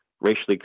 racially